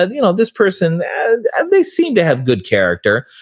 ah you know this person, and and they seem to have good character,